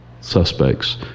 suspects